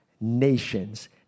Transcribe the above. nations